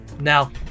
Now